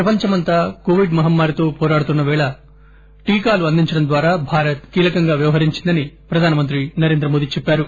ప్రపంచమంతా కోవిడ్ మహమ్మారితో పోరాడుతున్న వేళ టీకాలు అందించడం ద్వారా భారత్ కీలకంగా వ్యవహరించిందని ప్రధానమంత్రి నరేంద్రమోదీ చెప్పారు